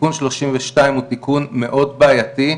תיקון 32 הוא תיקון מאוד בעייתי,